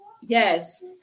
Yes